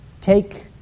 Take